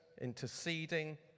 interceding